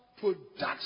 production